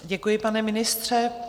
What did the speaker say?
Děkuji, pane ministře.